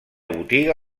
botiga